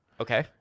Okay